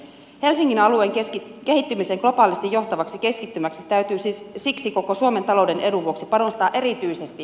helsingin alueen kehittymiseen globaalisti johtavaksi keskittymäksi täytyy siksi koko suomen talouden edun vuoksi panostaa erityisesti